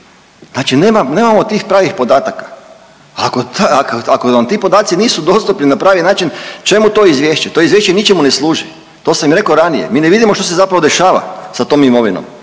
Znači nemamo tih pravih podataka. Ako nam ti podaci nisu dostupni na pravi način čemu to Izvješće? To Izvješće ničemu ne služi, to sam rekao i ranije. Mi ne vidimo što se zapravo dešava sa tom imovinom,